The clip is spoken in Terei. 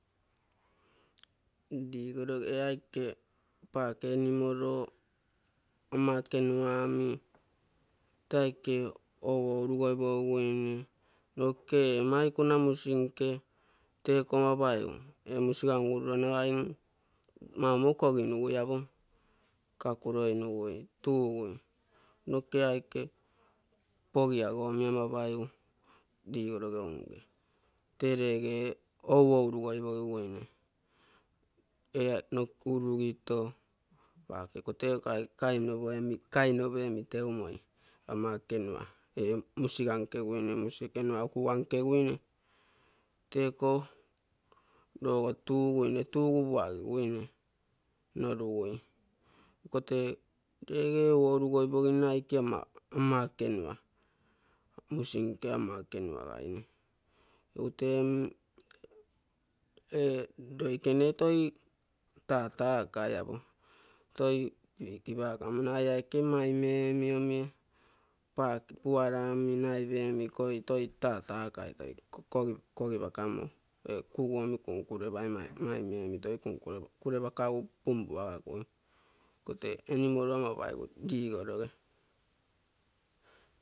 Ligoroge ee aike paake enimoro ama ekenua-omi tee aike ou-ourugoipogiguine noke ee maikuna musinke teko ama paigu. Ee musiga ngururo nagai maumoro koginugui apo, kakuroi-nugui, tugui. Noke ee aike pogiago omi ama paigu ligoroge unge, tee lege ou-ourugoipogiguine, ee urugito paake iko teiko aike kainope omi teumoi ama ekenua, musiga nkeguine, musi ekenua uu kuuge nkeguine teiko logo tuguine tuugu puagiguine. Nongui iko tee lege ou-ou-rugoipoginne ike ama ekenua musinke ama ekenua-gaine egu tee ee loikene toi tatakai apo, toi piki-pakamo nagai ee aike mai-me oomi toi pake puara omi naipe omi ikol, toi tatakai, toi kogipakamo kuugu mi kunkurepai, maime omi toi tatakai, toi kogipakamo kuugu omi kunkurepai, maime omi toi kurepakagu puagaku, iko te enimoro ama paigu ligoroge.